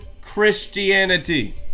Christianity